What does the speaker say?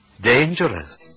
Dangerous